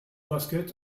basket